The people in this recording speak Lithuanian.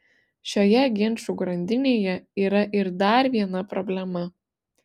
šioje ginčų grandinėje yra ir dar viena problema